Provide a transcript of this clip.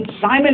Simon